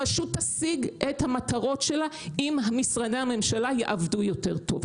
הרשות תשיג את המטרות שלה אם משרדי הממשלה יעבדו יותר טוב.